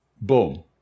Boom